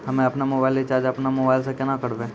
हम्मे आपनौ mobile recharge आपनौ मोबाइल से केना करवै?